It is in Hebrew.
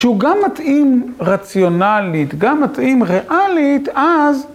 כשהוא גם מתאים רציונלית, גם מתאים ריאלית, אז...